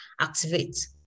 activate